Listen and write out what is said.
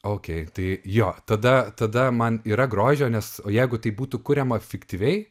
okei tai jo tada tada man yra grožio nes o jeigu tai būtų kuriama fiktyviai